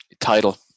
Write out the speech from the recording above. Title